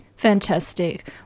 Fantastic